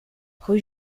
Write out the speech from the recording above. rue